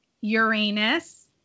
uranus